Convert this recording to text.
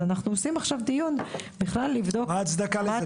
אז אנחנו עושים עכשיו דיון בכלל לבדוק מה התכלית.